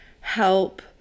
help